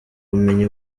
bumenyi